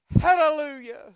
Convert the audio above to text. Hallelujah